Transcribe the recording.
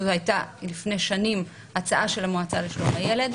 שזו הייתה לפני שנים הצעה של המועצה לשלום הילד,